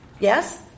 Yes